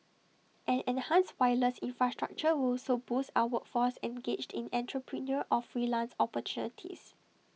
an enhanced wireless infrastructure will also boost our workforce engaged in entrepreneurial or freelance opportunities